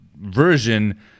version